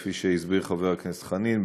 כפי שהסביר חבר הכנסת חנין,